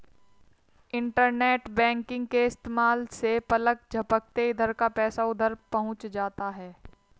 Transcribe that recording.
internet banking के इस्तेमाल से पलक झपकते इधर का पैसा उधर पहुँच जाता है